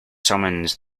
summons